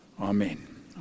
Amen